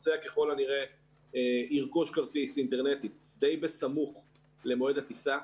הנוסע ככל הנראה ירכוש כרטיס אינטרנטית די בסמוך למועד הטיסה.